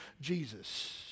Jesus